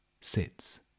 sits